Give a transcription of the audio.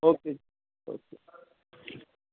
okay ji okay